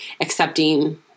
accepting